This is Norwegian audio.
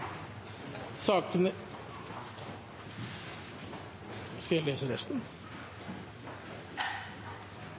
sakene skal jeg